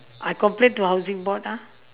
I complain to housing board ah